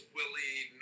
Willie